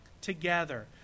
together